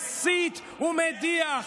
מסית ומדיח,